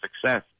success